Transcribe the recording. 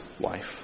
wife